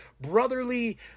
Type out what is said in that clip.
brotherly